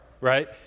right